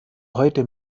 heute